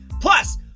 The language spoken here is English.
Plus